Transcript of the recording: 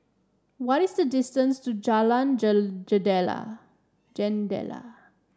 what is the distance to Jalan Jendela Jendela